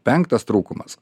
penktas trūkumas